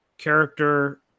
Character